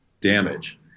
damage